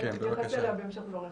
תתייחס אליה בהמשך דבריך.